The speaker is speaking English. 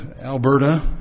Alberta